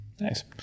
nice